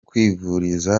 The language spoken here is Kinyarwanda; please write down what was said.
kwivuriza